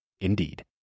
Indeed